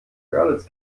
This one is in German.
görlitz